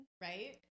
Right